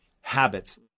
habits